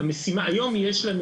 היום יש לנו